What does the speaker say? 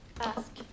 ask